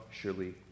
surely